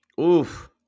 Oof